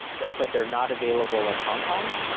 yep. but they're not available in hong kong?